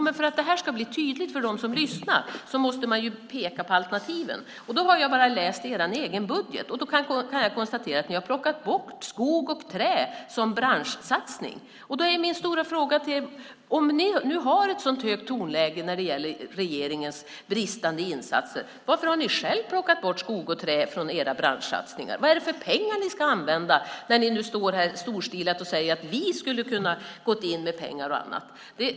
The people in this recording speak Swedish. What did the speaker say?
Men för att det här ska bli tydligt för dem som lyssnar måste man ju peka på alternativen. Jag har bara läst i er egen budget, och då har jag konstaterat att ni har plockat bort skogs och träindustrin som branschsatsning. Då är min stora fråga till er: Om ni nu har ett så högt tonläge när det gäller regeringens bristande insatser, varför har ni själva plockat bort skogs och träindustrin från era branschsatsningar? Vad är det för pengar ni ska använda när ni nu står här och storstilat säger att ni skulle ha kunnat gå in med pengar och annat?